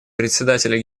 председателя